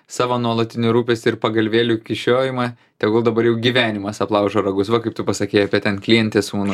savo nuolatinį rūpestį ir pagalvėlių kišiojimą tegul dabar jau gyvenimas aplaužo ragus va kaip tu pasakei apie ten klientės sūnų